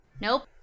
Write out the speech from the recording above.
Nope